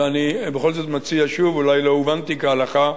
ואני בכל זאת מציע שוב, אולי לא הובנתי כהלכה,